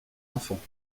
enfants